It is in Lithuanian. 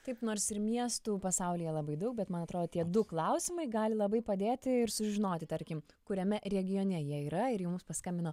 taip nors ir miestų pasaulyje labai daug bet man atro tie du klausimai gali labai padėti ir sužinoti tarkim kuriame regione jie yra ir jau mums paskambino